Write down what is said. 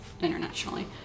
internationally